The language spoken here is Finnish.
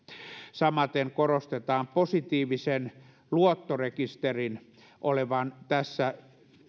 samaten korostetaan positiivisen luottorekisterin olevan tässä